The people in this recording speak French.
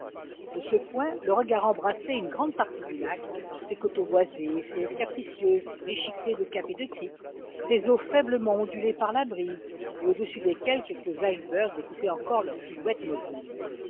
de ce point le regard embrassait une grande partie du lac ses coteaux boisés ses rives capricieuses déchiquetées de caps et de criques ses eaux faiblement ondulées par la brise et au-dessus desquelles quelques icebergs découpaient encore leur silhouette mobile